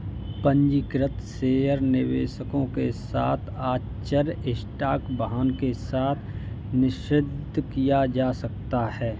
पंजीकृत शेयर निवेशकों के साथ आश्चर्य स्टॉक वाहन के साथ निषिद्ध किया जा सकता है